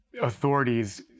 authorities